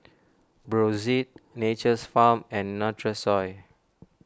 Brotzeit Nature's Farm and Nutrisoy